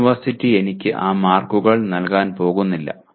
university എനിക്ക് ആ മാർക്കുകൾ നൽകാൻ പോകുന്നില്ല